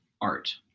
art